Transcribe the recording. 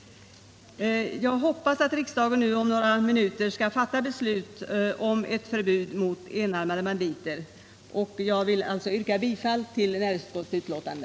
Jag hoppas nu att riksdagen om några minuter skall fatta beslut om ett förbud mot enarmade banditer. Jag vill alltså yrka bifall till näringsutskottets betänkande.